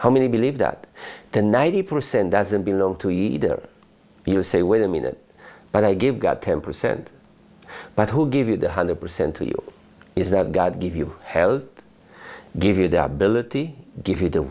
how many believe that the ninety percent doesn't belong to either you say wait a minute but i give got ten percent but who give you the hundred percent to you is that god give you hell give you the ability give you the